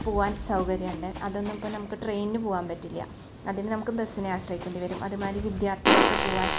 പോകാൻ സൗകര്യമുണ്ട് അതൊന്നും ഇപ്പം നമുക്ക് ട്രെയിനിന് പോകാൻ പറ്റില്ല അതിനെ നമുക്ക് ബസ്സിനെ ആശ്രയിക്കേണ്ടി വരും അതുമാതിരി വിദ്യാർഥികൾക്ക് പോകാൻ